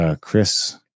Chris